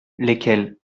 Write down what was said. lesquelles